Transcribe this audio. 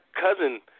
cousin